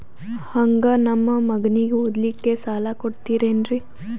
ಹಂಗ ನಮ್ಮ ಮಗನಿಗೆ ಓದಲಿಕ್ಕೆ ಸಾಲ ಕೊಡ್ತಿರೇನ್ರಿ?